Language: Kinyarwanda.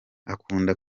akunda